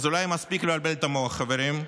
אז אולי מספיק לבלבל את המוח, חברים,